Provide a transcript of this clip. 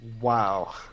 Wow